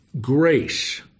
grace